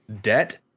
debt